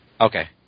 Okay